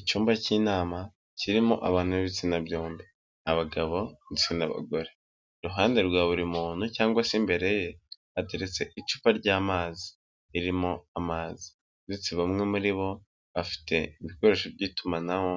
Icyumba cy'inama kirimo abantu b'ibitsina byombi, abagabo ndetse n'abagore, iruhande rwa buri muntu cyangwa se imbere ye hateretse icupa ry'amazi ririmo amazi ndetse bamwe muri bo bafite ibikoresho by'itumanaho,